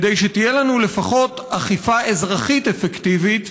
כדי שתהיה לנו לפחות אכיפה אזרחית אפקטיבית